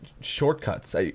shortcuts